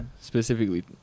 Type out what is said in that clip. Specifically